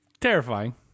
terrifying